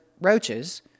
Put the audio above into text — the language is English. roaches